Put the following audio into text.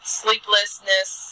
sleeplessness